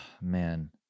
Man